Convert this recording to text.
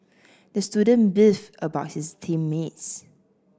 the student beefed about his team mates